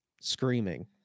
Screaming